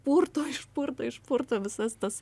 purto išpurto išpurto visas tas